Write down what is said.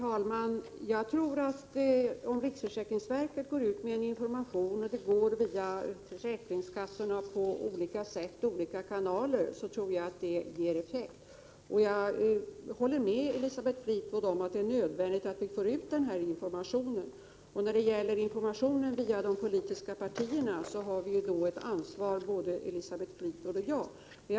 Herr talman! Om riksförsäkringsverket går ut med information via försäkringskassorna och andra kanaler tror jag att det ger effekt. Jag håller med Elisabeth Fleetwood om att det är nödvändigt att vi får ut den här informationen. När det gäller information via de politiska partierna har både Elisabeth Fleetwood och jag ett ansvar.